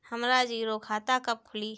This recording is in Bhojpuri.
हमरा जीरो खाता कब खुली?